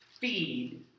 feed